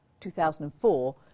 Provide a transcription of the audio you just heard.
2004